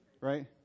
right